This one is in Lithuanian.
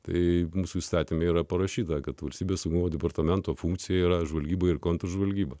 taip mūsų įstatyme yra parašyta kad valstybės departamento funkcija yra žvalgyba ir kontržvalgyba